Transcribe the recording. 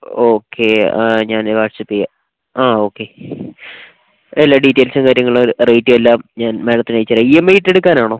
okay ഞാൻ WhatsApp ചെയ്യാം ആ ഓക്കെ എല്ലാ ഡീറ്റൈൽസും കാര്യങ്ങളും റേറ്റും എല്ലാം ഞാൻ മേഡത്തിന് അയച്ചു തരാം ഇ എം ഐ ആയിട്ട് എടുക്കാനാണോ